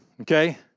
okay